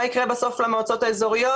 מה יקרה בסוף למועצות האזוריות?